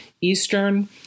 Eastern